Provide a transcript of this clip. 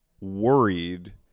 worried